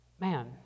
man